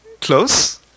Close